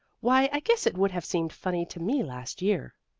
why, i guess it would have seemed funny to me last year.